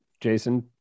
Jason